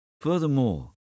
Furthermore